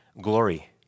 glory